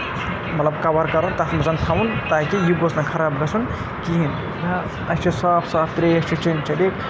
مطلب کَوَر کَرُن تَتھ منٛز تھاوُن تاکہِ یہِ گوٚژھ نہٕ خراب گَژھُن کِہیٖنۍ اَسہِ چھِ صاف صاف ترٛیش چھِ چیٚنۍ